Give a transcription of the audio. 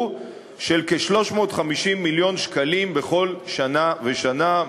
של כ-350 מיליון שקלים בכל שנה ושנה,